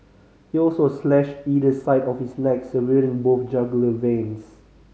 he also slashed either side of his neck severing both jugular veins